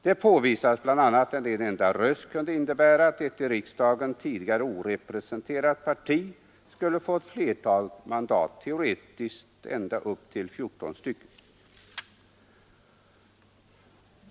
Det påvisades bl.a. att en enda röst kunde innebära att ett i riksdagen tidigare orepresenterat parti fick ett flertal mandat — teoretiskt ända upp till 14 stycken.